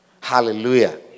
Hallelujah